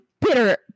bitter